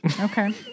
okay